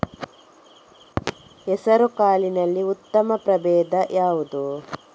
ಹೆಸರುಕಾಳಿನಲ್ಲಿ ಉತ್ತಮ ಪ್ರಭೇಧ ಯಾವುದು?